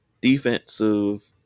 Defensive